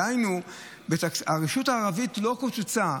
דהיינו הרשות הערבית לא קוצצה.